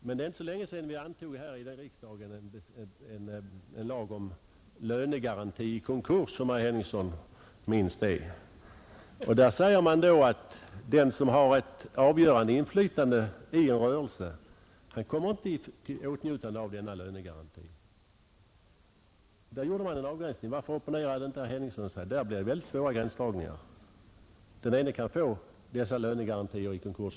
Men det är inte så länge sedan riksdagen antog en lag om lönegaranti vid konkurs, där det sägs att den som har ett avgörande inflytande i en rörelse inte skall komma i åtnjutande av lönegarantin. Det är ju också en avgränsning. Varför opponerade sig inte herr Henningsson då? Där blir det väldigt svåra gränsdragningar. Den ene kan få denna lönegaranti men inte den andre.